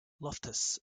loftus